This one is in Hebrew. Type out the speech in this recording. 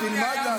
תלמד להקשיב.